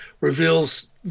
reveals